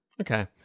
Okay